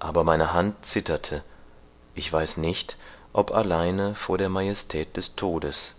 aber meine hand zitterte ich weiß nicht ob alleine vor der majestät des todes